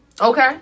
Okay